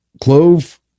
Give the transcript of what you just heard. Clove